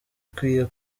ikwiye